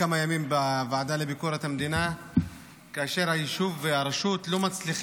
בוועדה לביקורת המדינה בהקשר של זה שהיישוב לא מצליח